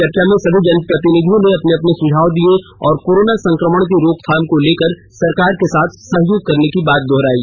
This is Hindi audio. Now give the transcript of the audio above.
चर्चा में सभी जनप्रतिनिधियों ने अपने अपने सुझाव दिये और कोरोना संक्रमण की रोकथाम को लेकर सरकार के साथ सहयोग करने की बात दोहरायी